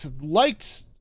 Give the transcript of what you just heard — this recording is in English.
liked